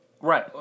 right